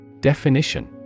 Definition